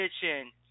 kitchen